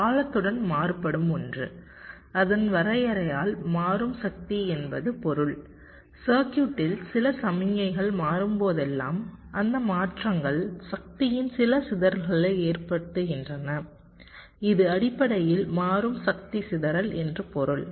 காலத்துடன் மாறுபடும் ஒன்று அதன் வரையறையால் மாறும் சக்தி என்பது பொருள் சர்க்யூட்டில் சில சமிக்ஞைகள் மாறும்போதெல்லாம் அந்த மாற்றங்கள் சக்தியின் சில சிதறல்களை ஏற்படுத்துகின்றன இது அடிப்படையில் மாறும் சக்தி சிதறல் என்று பொருள்